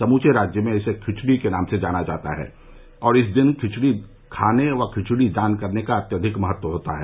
समूचे राज्य में इसे खिचड़ी के नाम से जाना जाता है और इस दिन खिचड़ी खाने व खिचड़ी दान देने का अत्याधिक महत्व होता है